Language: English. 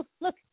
look